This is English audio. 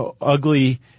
ugly